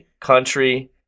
country